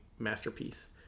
masterpiece